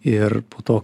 ir po to